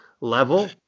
level